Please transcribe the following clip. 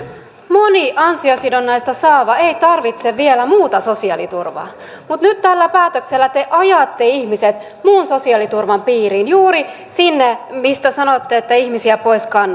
moni ansiosidonnaista saava ei tarvitse vielä muuta sosiaaliturvaa mutta nyt tällä päätöksellä te ajatte ihmiset muun sosiaaliturvan piiriin juuri sinne mistä sanotte että ihmisiä pois kannustatte